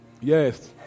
Yes